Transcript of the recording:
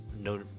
no